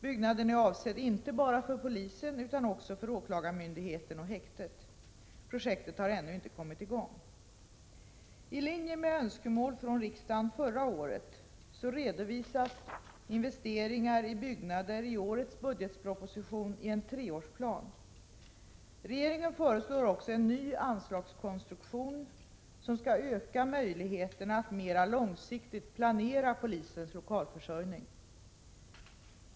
Byggnaden är avsedd inte bara för polisen utan också för åklagarmyndigheten och häktet. Projektet har ännu inte kommit i gång. I linje med önskemål från riksdagen förra året redovisas investeringar i byggnader i årets budgetproposition i en treårsplan. Regeringen föreslår också en ny anslagskonstruktion som skall öka möjligheterna att mera långsiktigt planera polisens lokalförsörjning.